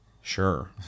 Sure